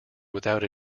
without